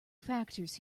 factors